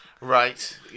Right